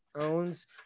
owns